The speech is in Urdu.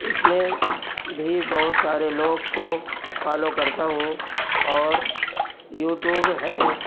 اس میں بھی بہت سارے لوگ کو فالو کرتا ہوں اور یوٹوب ہے